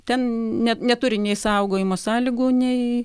ten net neturi nei saugojimo sąlygų nei